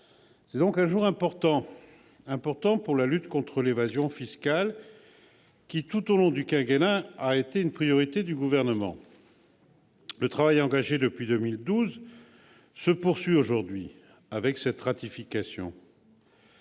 C'est donc un jour important pour la lutte contre l'évasion fiscale, qui, tout au long du quinquennat, a été une priorité du Gouvernement. Le travail engagé depuis 2012 se poursuit aujourd'hui avec la ratification